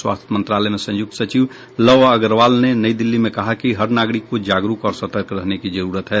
स्वास्थ्य मंत्रालय में संयुक्त सचिव लव अग्रवाल ने नई दिल्ली में कहा कि हर नागरिक को जागरुक और सतर्क रहने की जरूरत है